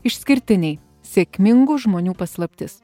išskirtiniai sėkmingų žmonių paslaptis